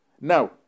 Now